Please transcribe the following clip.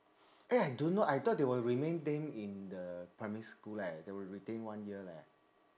eh I don't know I thought they will remain them in the primary school leh they will retain one year leh